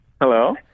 hello